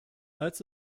als